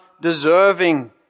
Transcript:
deserving